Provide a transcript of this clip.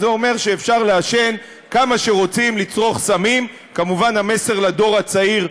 כאן כמובן הם במרכז.